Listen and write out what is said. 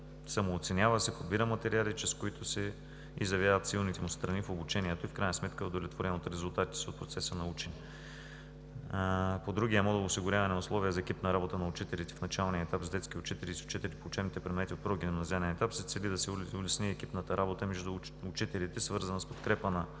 самооценява се, подбира материали, чрез които се изявяват силните му страни в обучението и, в крайна сметка, е удовлетворен от резултатите си в процеса на учене. По другия модул – „Осигуряване на условия за екипна работа на учителите в началния етап за детски учители и за учители по учебните предмети от прогимназиален етап“, се цели да се улесни екипната работа между учителите, свързана с подкрепа на